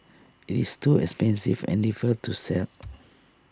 IT is too expensive and difficult to sell